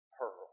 pearl